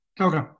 Okay